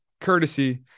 courtesy